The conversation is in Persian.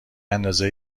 اندازه